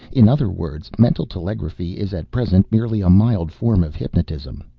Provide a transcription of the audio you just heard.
in other words, mental telegraphy is at present merely a mild form of hypnotism.